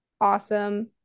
awesome